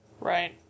Right